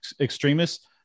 extremists